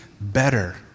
better